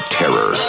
terror